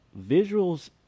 visuals